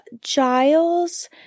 Giles